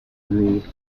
ruled